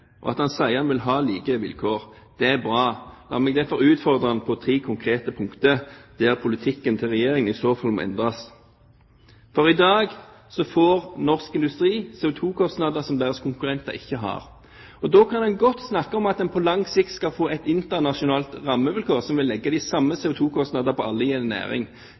og at han sier at han vil ha like vilkår. Det er bra. La meg derfor utfordre ham på tre konkrete punkter, der politikken til Regjeringen i så fall må endres. I dag får norsk industri CO2-kostnader som deres konkurrenter ikke har. Da kan man godt snakke om at man på lang sikt skal få internasjonale rammevilkår som vil legge de samme CO2-kostnader på alle i en næring.